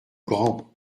grand